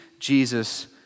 Jesus